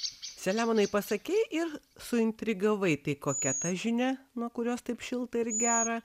selemonai pasakei ir suintrigavai tai kokia ta žinia nuo kurios taip šilta ir gera